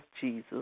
Jesus